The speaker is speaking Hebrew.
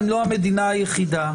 אם לא המדינה היחידה,